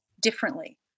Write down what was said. differently